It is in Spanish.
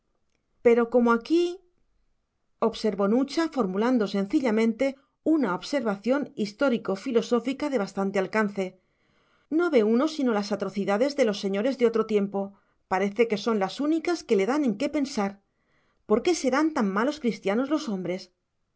pero como aquí observó nucha formulando sencillamente una observación histórico filosófica de bastante alcance no ve uno sino las atrocidades de los señores de otro tiempo parece que son las únicas que le dan en qué pensar por qué serán tan malos cristianos los hombres